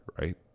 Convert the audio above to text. right